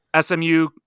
SMU